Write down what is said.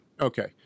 Okay